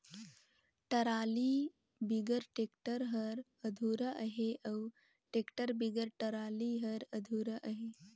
trolley बिगर tractor हर अधुरा अहे अउ टेक्टर बिगर टराली हर अधुरा अहे